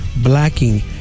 blacking